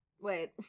Wait